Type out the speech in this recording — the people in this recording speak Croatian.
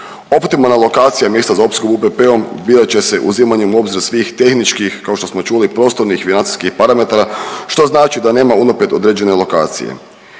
Optimalna lokacija mjesta za opskrbu UPP-om birat će se uzimanjem obzira svih tehničkih, kao što smo čuli, prostornih, financijskih parametara što znači da nema unaprijed određene lokacije.